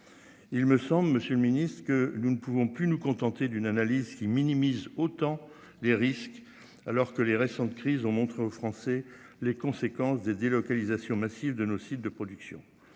Il me semble, Monsieur le Ministre, ce que nous ne pouvons plus nous contenter d'une analyse qui minimisent autant les risques alors que les récentes crises ont montré aux Français les conséquences des délocalisations massives de nos sites de production,